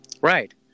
Right